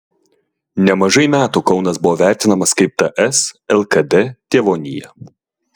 nemažai metų kaunas buvo vertinamas kaip ts lkd tėvonija